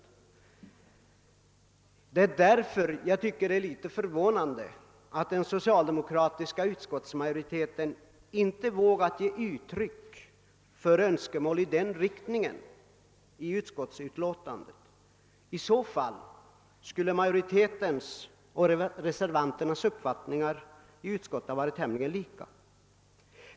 Jag tycker därför det är litet förvånande att den socialdemokratiska utskottsmajoriteten inte i sitt utlåtande vågar ge uttryck för önskemål i den riktningen — i annat fall skulle majoritetens och reservanternas uppfattningar ha varit tämligen lika.